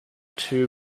two